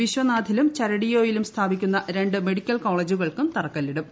ബിശ്വനാഥിലും ചരെഡിയോയിലും സ്ഥാപിക്കുന്ന രണ്ട് മെഡിക്കൽ കോളേജുകൾക്ക് തറക്കല്ലിടും